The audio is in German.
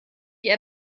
die